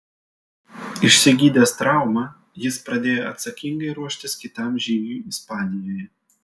išsigydęs traumą jis pradėjo atsakingai ruoštis kitam žygiui ispanijoje